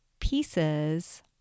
pieces